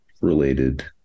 related